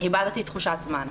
איבדתי תחושת זמן.